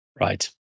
Right